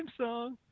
song